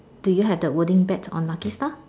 do you have that wording bet on lucky star